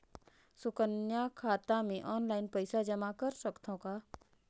सुकन्या खाता मे ऑनलाइन पईसा जमा कर सकथव का?